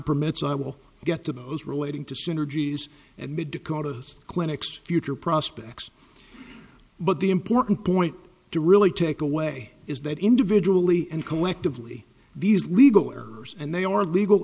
permits i will get to those relating to synergies and the dakotas clinics future prospects but the important point to really take away is that individually and collectively these legal and they are legal